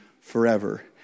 forever